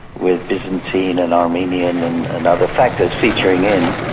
with byzantine and armenian and and other factors featuring in,